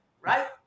right